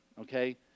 okay